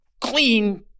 clean